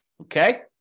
Okay